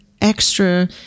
extra